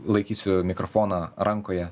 laikysiu mikrofoną rankoje